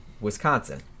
Wisconsin